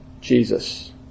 Jesus